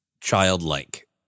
childlike